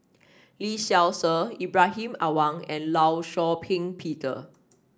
Lee Seow Ser Ibrahim Awang and Law Shau Ping Peter